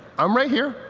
i'm right here.